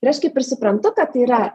ir aš kaip ir suprantu kad tai yra